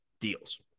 deals